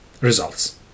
Results